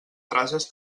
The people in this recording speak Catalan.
frases